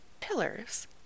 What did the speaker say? Pillars